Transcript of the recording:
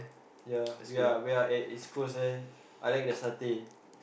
ya we are we are at East-Coast eh I like the satay